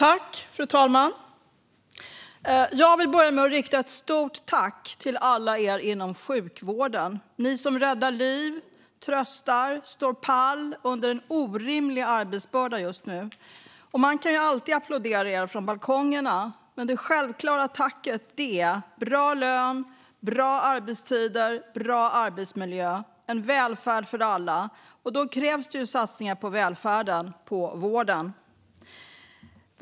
Fru talman! Jag vill börja med att rikta ett stort tack till alla er inom sjukvården - ni som räddar liv, tröstar och står pall under en orimlig arbetsbörda just nu. Man kan ju alltid applådera er från balkongerna. Men det självklara tacket är bra lön, bra arbetstider, bra arbetsmiljö, en välfärd för alla, och då krävs det satsningar på välfärden, på vården.